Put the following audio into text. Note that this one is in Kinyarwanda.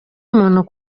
umuntu